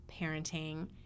Parenting